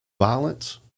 violence